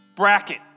bracket